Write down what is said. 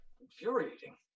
Infuriating